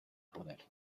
poder